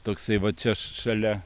toksai va čia šalia